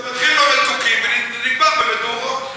זה מתחיל במתוקים ונגמר במדורות.